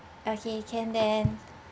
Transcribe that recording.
okay can then